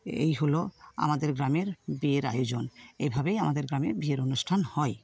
এই হল আমাদের গ্রামের বিয়ের আয়োজন এভাবেই আমাদের গ্রামে বিয়ের অনুষ্ঠান হয়